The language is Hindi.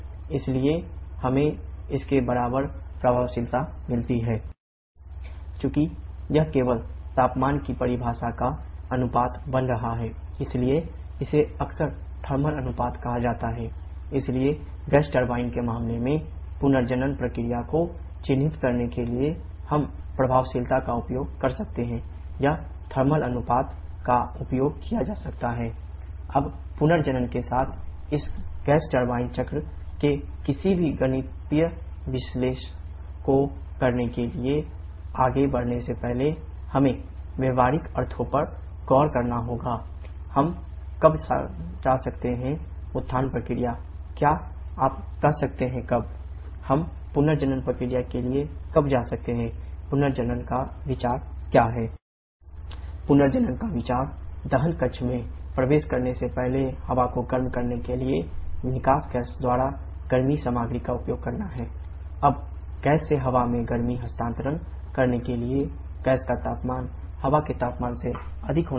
इसलिए हमें इसके बराबर प्रभावशीलता मिलती है T3 T2T5 T2 चूंकि यह केवल तापमान की परिभाषा का अनुपात बन रहा है इसलिए इसे अक्सर थर्मल अनुपात का उपयोग किया जा सकता है